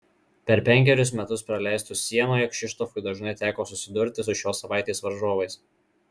per penkerius metus praleistus sienoje kšištofui dažnai teko susidurti su šios savaitės varžovais